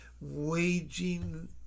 waging